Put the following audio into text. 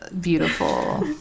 beautiful